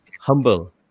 humble